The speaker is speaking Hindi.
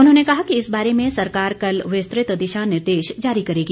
उन्होंने कहा कि इस बारे में सरकार कल विस्तृत दिशा निर्देश जारी करेगी